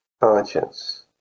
conscience